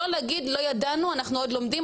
לא להגיד לא ידענו אנחנו עוד לומדים,